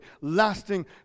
lasting